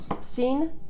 seen